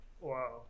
Wow